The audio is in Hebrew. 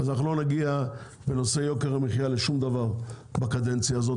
אז בנושא יוקר המחיה אנחנו לא נגיע לשום דבר לצערי בקדנציה הזאת,